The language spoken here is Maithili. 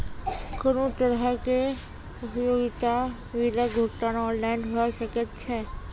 कुनू तरहक उपयोगिता बिलक भुगतान ऑनलाइन भऽ सकैत छै?